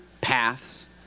paths